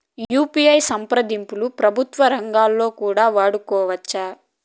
UPI సంప్రదింపులు ప్రభుత్వ రంగంలో కూడా వాడుకోవచ్చా?